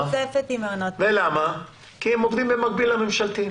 כי הם עובדים במקביל לממשלתיים.